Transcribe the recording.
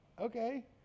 okay